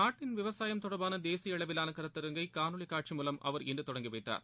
நாட்டின் விவசாயம் தொடர்பான தேசிய அளவிலாள கருத்தரங்கை காணொலி காட்சி மூலம் அவர் இன்று தொடங்கி வைத்தார்